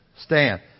Stand